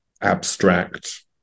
abstract